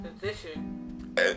position